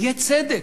יהיה צדק.